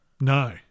No